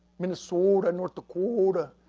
minnesota and north dakota,